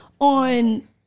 on